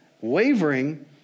wavering